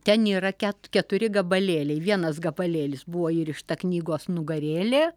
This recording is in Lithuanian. ten yra ket keturi gabalėliai vienas gabalėlis buvo įrišta knygos nugarėlė